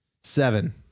seven